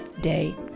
day